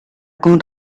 con